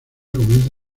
comienza